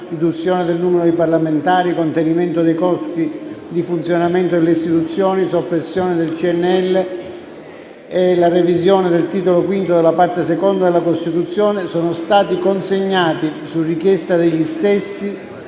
riduzione del numero dei parlamentari, il contenimento dei costi di funzionamento delle istituzioni, la soppressione del CNEL e la revisione del titolo V della parte II della Costituzione» sono stati consegnati, su richiesta degli stessi,